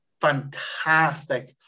fantastic